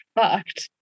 fucked